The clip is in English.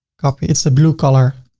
copy. it's a blue color.